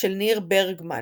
של ניר ברגמן